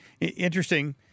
Interesting